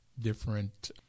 different